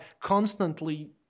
constantly